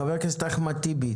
חבר הכנסת אחמד טיבי.